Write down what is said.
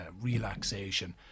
relaxation